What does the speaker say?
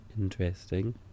interesting